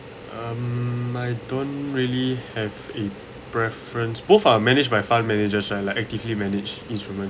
mm I don't really have a preference both are managed by fund managers like actively managed instrument